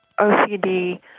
OCD